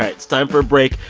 ah it's time for a break.